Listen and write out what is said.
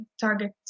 target